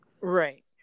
Right